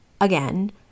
Again